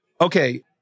Okay